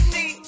See